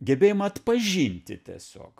gebėjimą atpažinti tiesiog